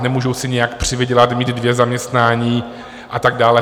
Nemůžou si nijak přivydělat, mít dvě zaměstnání a tak dále.